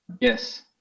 Yes